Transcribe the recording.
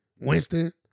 Winston